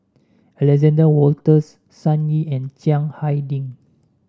Alexander Wolters Sun Yee and Chiang Hai Ding